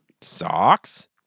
socks